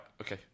Okay